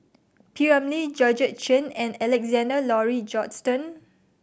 P Ramlee Georgette Chen and Alexander Laurie Johnston